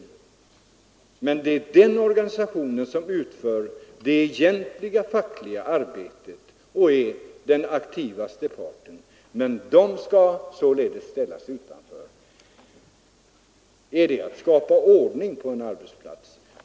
Det är de arbetare som tillhör den andra organisationen som utför det egentliga fackliga arbetet och är den aktivaste parten, men de skall således ställas utanför lagens tillämpning. Är det att skapa ordning på en arbetsplats?